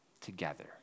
together